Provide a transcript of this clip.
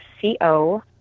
C-O